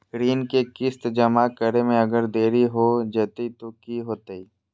ऋण के किस्त जमा करे में अगर देरी हो जैतै तो कि होतैय?